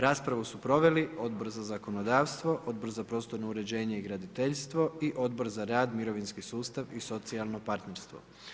Raspravu su proveli Odbor za zakonodavstvo, Odbor za prostorno uređenje i graditeljstvo i Odbor za rad, mirovinski sustav i socijalno partnerstvo.